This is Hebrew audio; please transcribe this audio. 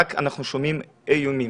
אנחנו רק שומעים איומים,